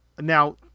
Now